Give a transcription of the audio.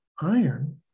iron